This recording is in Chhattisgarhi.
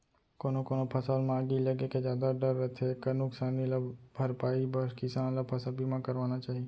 कोनो कोनो फसल म आगी लगे के जादा डर रथे एकर नुकसानी के भरपई बर किसान ल फसल बीमा करवाना चाही